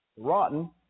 rotten